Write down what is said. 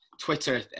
Twitter